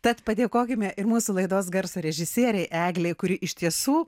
tad padėkokime ir mūsų laidos garso režisierei eglei kuri iš tiesų